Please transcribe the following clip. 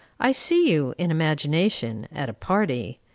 i see you, in imagination, at a party,